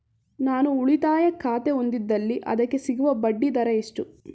ನಾನು ಉಳಿತಾಯ ಖಾತೆ ಹೊಂದಿದ್ದಲ್ಲಿ ಅದಕ್ಕೆ ಸಿಗುವ ಬಡ್ಡಿ ದರ ಎಷ್ಟು?